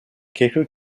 quelques